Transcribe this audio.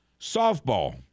Softball